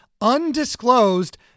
undisclosed